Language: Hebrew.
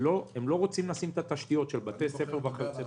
הן לא רוצות לשים תשתיות של בתי ספר וכיוצא בזה.